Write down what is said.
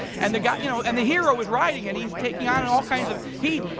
and the guy, you know and the hero is riding and he's taking on and all kinds of heat.